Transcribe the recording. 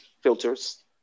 filters